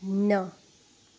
न